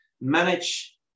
manage